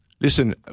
Listen